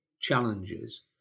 challenges